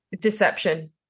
Deception